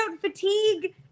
fatigue